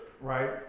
right